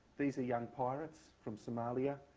these are young pirates from somalia,